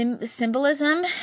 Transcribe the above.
symbolism